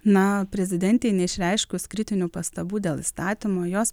na prezidentei neišreiškus kritinių pastabų dėl įstatymo jos